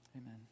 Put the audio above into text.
Amen